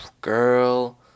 girl